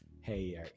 hey